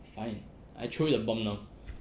I I throw you a bomb now